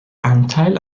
anteil